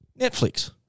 Netflix